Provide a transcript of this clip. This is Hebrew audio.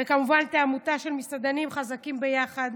וכמובן את העמותה "מסעדנים חזקים ביחד".